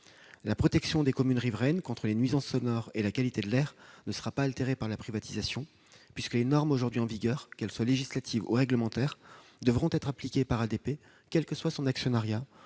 La protection des communes riveraines contre les nuisances sonores et de la qualité de l'air ne sera pas altérée par la privatisation : les normes aujourd'hui en vigueur, qu'elles soient législatives ou réglementaires, devront être appliquées par ADP, quel que soit son actionnariat,